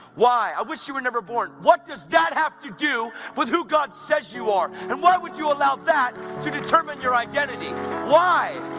why? i wish you were never born! what does that have to do with who god says you are, and why would you allow that to determine your identity why?